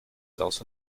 also